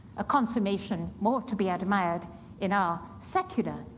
a consummation more to be admired in our secular,